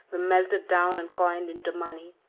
were melted down and coined into money.